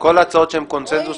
כל ההצעות שהן קונצנזוס,